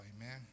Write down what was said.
Amen